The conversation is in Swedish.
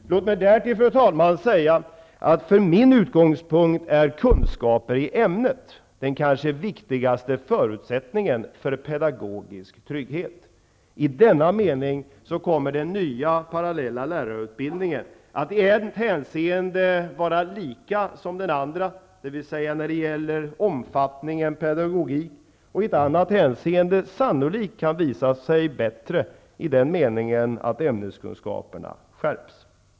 Låt mig därtill säga, fru talman, att från min utgångspunkt sett kunskaper i ämnet är den kanske viktigaste förutsättningen för pedagogisk trygghet. I den meningen kommer den nya, parallella lärarutbildningen att i ett hänseende vara lik den andra, dvs. i vad gäller omfattningen av pedagogik, och i ett annat hänseende sannolikt bättre, därför att det innebär en skärpning i vad gäller ämneskunskaperna.